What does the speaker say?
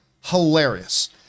hilarious